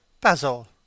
Basil